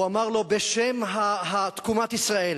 הוא אמר לו: בשם תקומת ישראל,